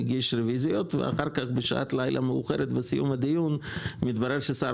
הגיש רוויזיות ואחר כך בשעת לילה מאוחרת בסיום הדיון מתברר ששר